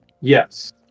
Yes